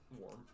warm